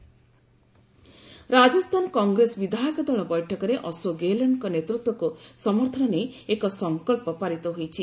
ରାଜସ୍ଥାନ କଂଗ୍ରେସ ରାଜସ୍ଥାନ କଂଗ୍ରେସ ବିଧାୟକ ଦଳ ବୈଠକରେ ଅଶୋକ ଗେହେଲଟଙ୍କ ନେତୃତ୍ୱକୁ ସମର୍ଥନ ନେଇ ଏକ ସଂକଳ୍ପ ପାରିତ ହୋଇଛି